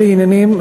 אלה עניינים,